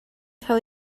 cael